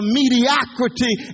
mediocrity